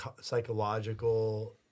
psychological